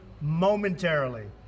momentarily